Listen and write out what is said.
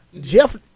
Jeff